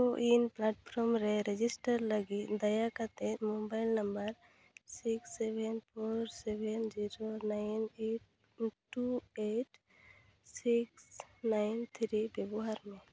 CoWIN platform ᱨᱮ register ᱞᱟᱹᱜᱤᱫ ᱫᱟᱭᱟ ᱠᱟᱛᱮᱫ mobile number six seven four seven zero nine eight two eight six nine three ᱵᱮᱵᱚᱦᱟᱨ ᱢᱮ